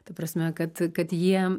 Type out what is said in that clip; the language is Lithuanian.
ta prasme kad kad jie